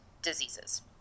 diseases